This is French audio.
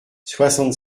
soixante